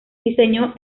diseñó